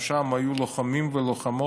גם שם היו לוחמים ולוחמות.